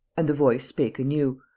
and the voice spake anew,